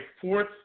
fourth